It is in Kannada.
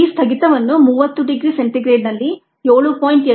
ಈ ಸ್ಥಗಿತವನ್ನು 30 ಡಿಗ್ರಿ c ನಲ್ಲಿ 7